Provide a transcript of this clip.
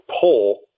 pull